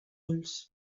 ulls